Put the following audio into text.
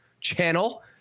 channel